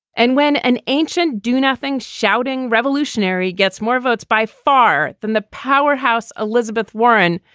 and when an ancient do nothing shouting revolutionary gets more votes by far than the powerhouse. elizabeth warren.